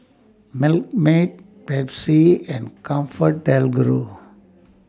Milkmaid Pepsi and ComfortDelGro